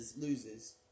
loses